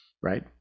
right